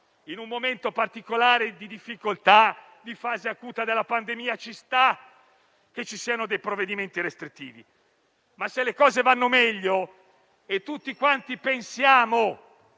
in un momento particolare di difficoltà, di fase acuta della pandemia, ci sta che ci siano dei provvedimenti restrittivi. Ma se le cose vanno meglio e tutti pensiamo